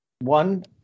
one